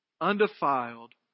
undefiled